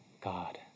God